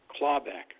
clawback